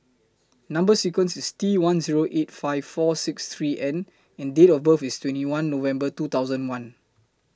Number sequence IS T one Zero eight five four six three N and Date of birth IS twenty one November two thousand one